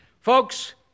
Folks